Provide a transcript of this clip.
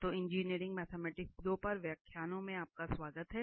तो engineering mathematics 2 पर व्याख्यानों में आपका स्वागत है